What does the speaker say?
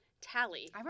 tally